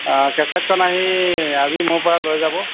অ কেছেটখন আহি আজি মোৰ পৰা লৈ যাব